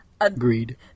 Agreed